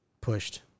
pushed